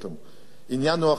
העניין הוא אחר, ברור.